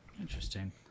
Interesting